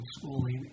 schooling